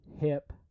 hip